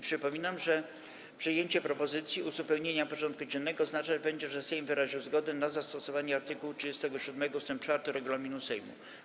Przypominam, że przyjęcie propozycji uzupełnienia porządku dziennego oznaczać będzie, że Sejm wyraził zgodę na zastosowanie art. 37 ust. 4 regulaminu Sejmu.